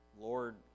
lord